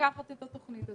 לקחת את התוכנית הזו,